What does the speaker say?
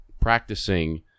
practicing